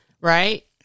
Right